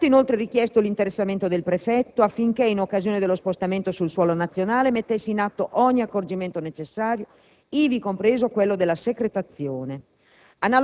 E' stato inoltre richiesto l'interessamento del Prefetto, affinché, in occasione dello spostamento sul suolo nazionale, mettesse in atto ogni accorgimento necessario, ivi compreso quello della secretazione.